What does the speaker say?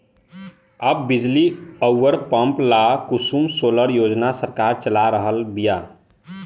अब बिजली अउर पंप ला कुसुम सोलर योजना सरकार चला रहल बिया